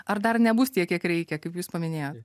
ar dar nebus tiek kiek reikia kaip jūs paminėjot